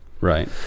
Right